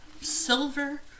silver